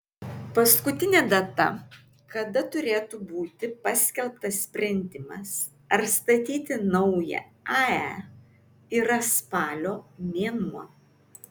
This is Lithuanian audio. paskutinė data kada turėtų būti paskelbtas sprendimas ar statyti naują ae yra spalio mėnuo